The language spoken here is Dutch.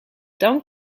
dan